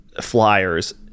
Flyers